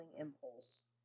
impulse